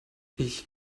ich